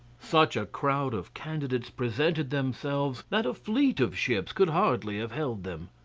such a crowd of candidates presented themselves that a fleet of ships could hardly have held them.